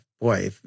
Boy